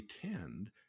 pretend